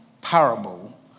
parable